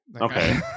Okay